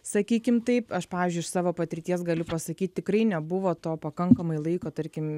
sakykim taip aš pavyzdžiui iš savo patirties galiu pasakyt tikrai nebuvo to pakankamai laiko tarkim